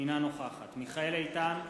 אינה נוכחת מיכאל איתן,